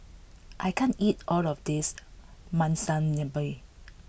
I can't eat all of this Monsunabe